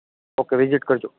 okay visit કરજો